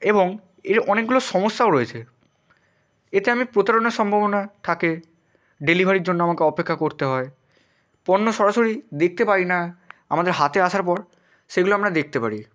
এবং এর অনেকগুলো সমস্যাও রয়েছে এতে আমি প্রতারণার সম্ভাবনা থাকে ডেলিভারির জন্য আমাকে অপেক্ষা করতে হয় পণ্য সরাসরি দেখতে পারি না আমাদের হাতে আসার পর সেগুলো আমরা দেখতে পারি